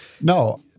No